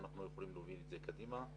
אנחנו יכולים להוביל את זה קדימה.